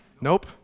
Nope